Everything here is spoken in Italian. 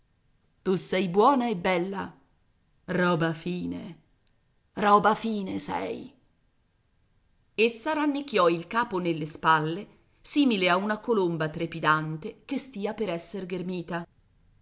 tu sei buona e bella roba fine roba fine sei essa rannicchiò il capo nelle spalle simile a una colomba trepidante che stia per esser ghermita